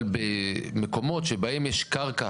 אבל במקומות שבהם יש קרקע